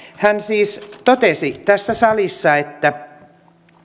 hän totesi tässä salissa että